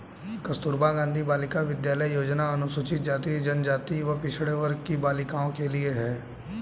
कस्तूरबा गांधी बालिका विद्यालय योजना अनुसूचित जाति, जनजाति व पिछड़े वर्ग की बालिकाओं के लिए है